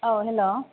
औ हेल्ल'